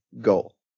goal